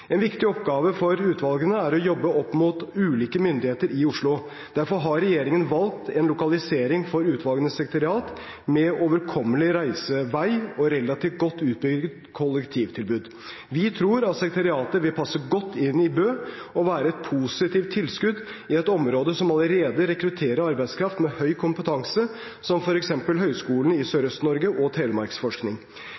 En viktig oppgave for utvalgene er å jobbe opp mot ulike myndigheter i Oslo. Derfor har regjeringen valgt en lokalisering for utvalgenes sekretariat med overkommelig reisevei og relativt godt utbygd kollektivtilbud. Vi tror at sekretariatet vil passe godt inn i Bø og være et positivt tilskudd i et område som allerede rekrutterer arbeidskraft med høy kompetanse, som f.eks. Høgskolen i